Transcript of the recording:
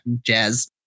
jazz